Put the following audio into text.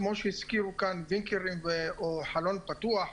כמו שהזכירו כאן, וינקרים או חלון פתוח.